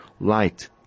light